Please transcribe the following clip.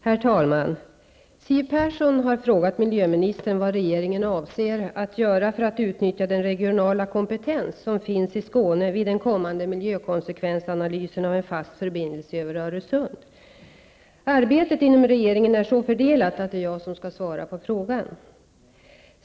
Herr talman! Siw Persson har frågat miljöministern vad regeringen avser att göra för att utnyttja den regionala kompetens som finns i Skåne vid den kommande miljökonsekvensanalysen av en fast förbindelse över Öresund. Arbetet inom regeringen är så fördelat att det är jag som skall svara på frågan.